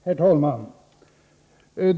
Herr talman!